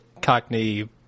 cockney